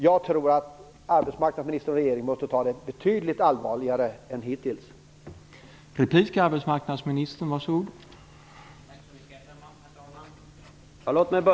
Jag tror att arbetsmarknadsministern och regeringen måste ta problemen på betydligt större allvar än vad man hittills har gjort.